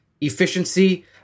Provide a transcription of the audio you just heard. efficiency